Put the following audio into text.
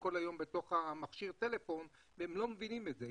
כל היום במכשיר הטלפון והם לא מבינים את זה.